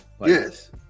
Yes